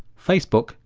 facebook,